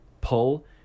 Pull